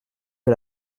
que